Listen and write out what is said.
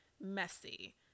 messy